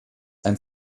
ein